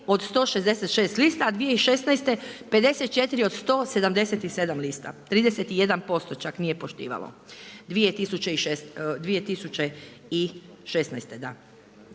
od 166 lista, a 2016. 54 od 177 lista, 31% čak nije poštivalo 2016.